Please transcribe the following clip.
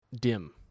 dim